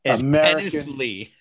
American